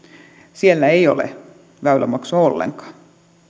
siellä ei ole väylämaksua ollenkaan